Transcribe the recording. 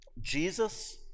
Jesus